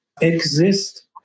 exist